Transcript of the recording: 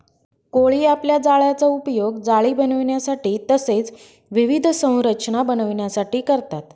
कोळी आपल्या जाळ्याचा उपयोग जाळी बनविण्यासाठी तसेच विविध संरचना बनविण्यासाठी करतात